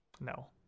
No